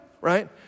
right